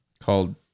Called